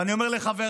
ואני אומר לחבריי,